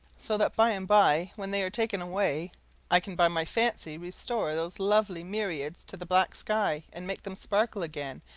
so that by and by when they are taken away i can by my fancy restore those lovely myriads to the black sky and make them sparkle again,